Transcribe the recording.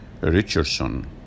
Richardson